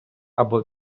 або